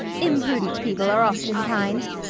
imprudent people are often kind,